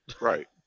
Right